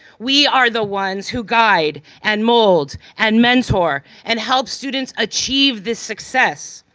we are the ones who guide and mold and mentor and help students achieve the success,